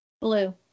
blue